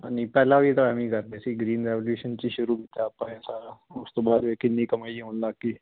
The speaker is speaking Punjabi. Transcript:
ਹਾਂਜੀ ਪਹਿਲਾਂ ਵੀ ਤਾਂ ਐਵੇਂ ਹੀ ਕਰਦੇ ਸੀ ਗਰੀਨ ਰੈਵੋਲਊਸ਼ਨ 'ਚ ਸ਼ੁਰੂ ਕੀਤਾ ਆਪਾਂ ਇਹ ਸਾਰਾ ਉਸ ਤੋਂ ਬਾਅਦ ਦੇਖ ਕਿੰਨੀ ਕਮਾਈ ਆਉਣ ਲੱਗ ਗਈ